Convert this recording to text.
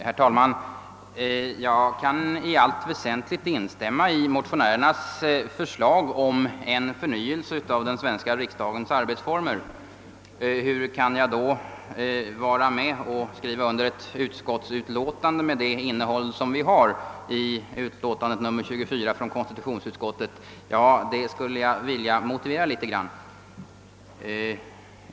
Herr talman! Jag kan i allt väsentligt instämma i motionärernas förslag till en förnyelse av den svenska riksdagens arbetsformer. Hur kan jag då skriva under ett utskottsutlåtande med det innehåll som finns i konstitutionsutskottets utlåtande nr 24? — Det skulle jag vilja motivera något litet.